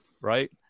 right